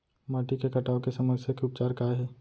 माटी के कटाव के समस्या के उपचार काय हे?